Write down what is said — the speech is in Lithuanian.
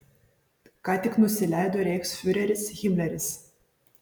ką tik nusileido reichsfiureris himleris